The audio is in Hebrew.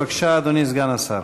בבקשה, אדוני סגן השר.